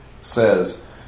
says